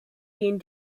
gehen